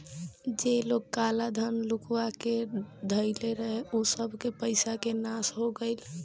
जे लोग काला धन लुकुआ के धइले रहे उ सबके पईसा के नाश हो गईल